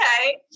okay